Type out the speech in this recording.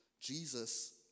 Jesus